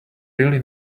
really